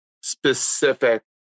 specific